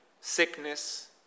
sickness